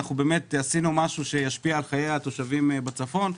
עשינו משהו שישפיע על חיי התושבים בצפון.